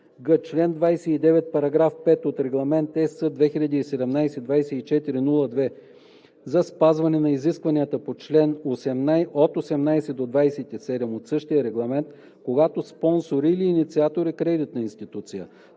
член 29, параграф 5 от Регламент (ЕС) 2017/2402 за спазване на изискванията на чл. 18 – 27 от същия регламент, когато спонсор или инициатор е кредитна институция.“